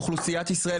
אוכלוסיית ישראל,